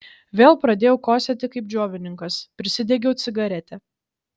vėl pradėjau kosėti kaip džiovininkas prisidegiau cigaretę